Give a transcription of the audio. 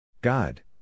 God